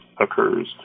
occurs